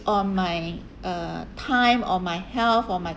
on my uh time or my health or my